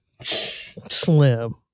Slim